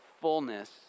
fullness